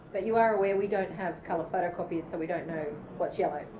but you are aware we don't have colour photocopiers so we don't know what's yellow?